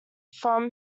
from